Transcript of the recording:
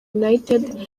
united